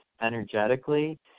energetically